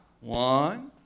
One